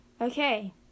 Okay